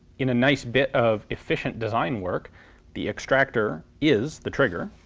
in a nice bit of efficient design work the extractor is the trigger,